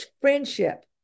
friendship